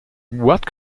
what